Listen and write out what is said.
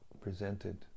presented